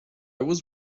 was